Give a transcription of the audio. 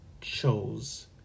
chose